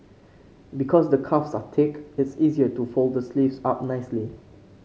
because the cuffs are thick it's easier to fold the sleeves up neatly